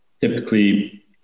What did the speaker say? typically